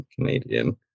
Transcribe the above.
Canadian